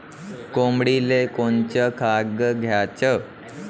कोंबडीले कोनच खाद्य द्याच?